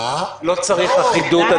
לא צריך אחידות,